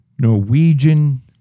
Norwegian